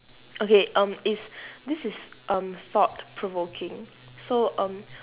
okay um is this is um thought provoking so um